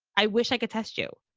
i wish i could test you.